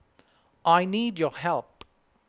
I need your help